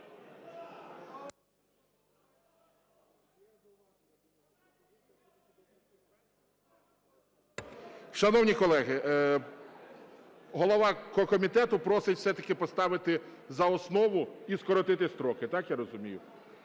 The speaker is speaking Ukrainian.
Шановні колеги, голова комітету просить все-таки поставити за основу і скоротити строки. Так я розумію?